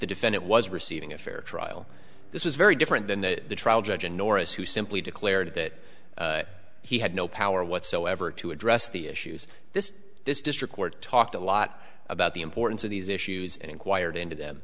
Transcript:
the defendant was receiving a fair trial this was very different than the trial judge and norris who simply declared that he had no power whatsoever to address the issues this this district court talked a lot about the importance of these issues and inquired into them